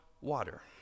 water